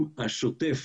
אם השוטף